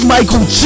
Michael